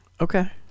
Okay